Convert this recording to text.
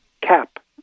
cap